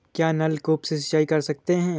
क्या नलकूप से सिंचाई कर सकते हैं?